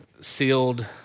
sealed